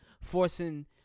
forcing